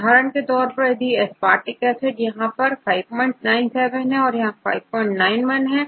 उदाहरण के तौर पर एस्पार्टिक एसिड यहां पर5 97 और यहां5 91 है